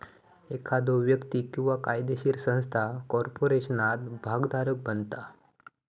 एखादो व्यक्ती किंवा कायदोशीर संस्था कॉर्पोरेशनात भागोधारक बनता